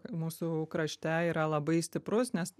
mūsų krašte yra labai stiprus nes